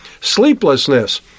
Sleeplessness